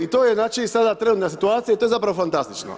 I to je znači sada trenutna situacija i to je zapravo fantastično.